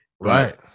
Right